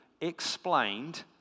explained